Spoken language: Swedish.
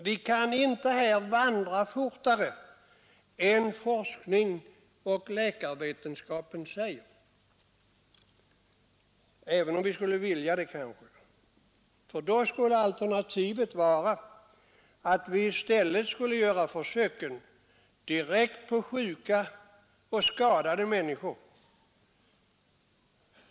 Vi kan inte här vandra fortare än forskning och läkarvetenskap säger, även om vi kanske skulle vilja det. Alternativet vore att vi skulle göra försöken direkt på sjuka och skadade människor.